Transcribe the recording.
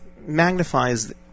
magnifies